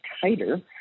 tighter